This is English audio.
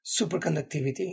superconductivity